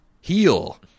heal